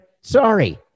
Sorry